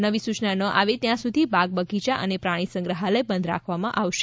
નવી સૂચના ન આવે ત્યાં સુધી બાગ બગીયા અને પ્રાણી સંગ્રહાલય બંધ રાખવામાં આવશે